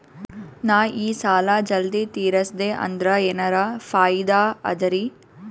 ನಾ ಈ ಸಾಲಾ ಜಲ್ದಿ ತಿರಸ್ದೆ ಅಂದ್ರ ಎನರ ಫಾಯಿದಾ ಅದರಿ?